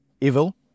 evil